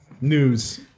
News